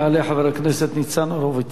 יעלה חבר הכנסת ניצן הורוביץ.